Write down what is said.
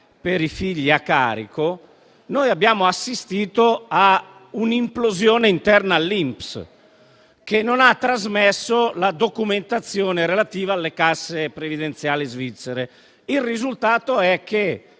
per i figli a carico, abbiamo assistito a un'implosione interna all'INPS, che non ha trasmesso la documentazione relativa alle casse previdenziali svizzere. Il risultato è che